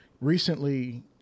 recently